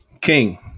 King